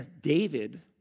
David